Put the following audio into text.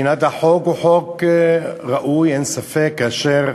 מבחינת החוק, הוא חוק ראוי, אין ספק, כאשר